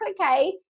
okay